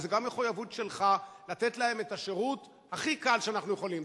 וזו גם מחויבות שלך לתת להם את השירות הכי קל שאנחנו יכולים,